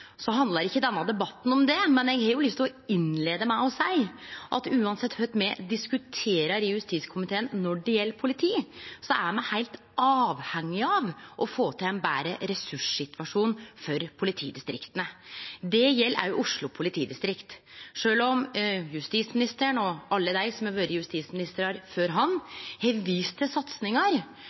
handlar ikkje om det, men eg har lyst til å innleie med å seie at uansett kva me diskuterer i justiskomiteen når det gjeld politi, er me heilt avhengige av å få til ein betre ressurssituasjon for politidistrikta. Det gjeld òg Oslo politidistrikt. Sjølv om justisministeren og alle dei som har vore justisministrar før han, har vist til satsingar,